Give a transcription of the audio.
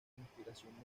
inspiración